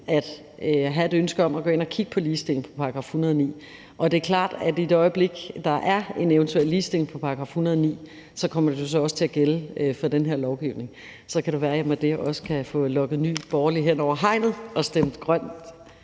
et ønske om at gå ind og kigge på ligestillingen i § 109, og det er klart, at i det øjeblik der er en eventuel ligestilling i § 109, kommer det så også til at gælde for den her lovgivning. Så kan det være, at jeg med det også kan få lokket Nye Borgerlige hen over hegnet og få dem